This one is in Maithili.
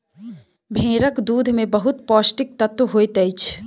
भेड़क दूध में बहुत पौष्टिक तत्व होइत अछि